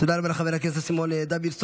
תודה רבה לחבר הכנסת סימון דוידסון.